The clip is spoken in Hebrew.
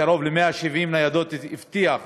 קרוב ל-170 ניידות, הבטיח